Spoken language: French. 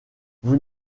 vous